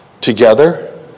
together